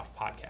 podcast